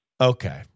Okay